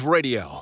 Radio